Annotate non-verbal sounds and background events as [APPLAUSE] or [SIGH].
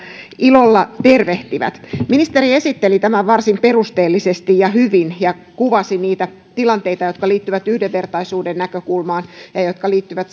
ilolla tervehtivät ministeri esitteli tämän varsin perusteellisesti ja hyvin ja kuvasi niitä tilanteita jotka liittyvät yhdenvertaisuuden näkökulmaan ja ja jotka liittyvät [UNINTELLIGIBLE]